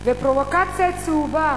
והפרובוקציה הצהובה